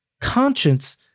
conscience